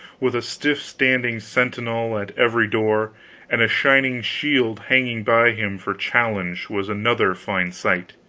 with a stiff-standing sentinel at every door and a shining shield hanging by him for challenge, was another fine sight.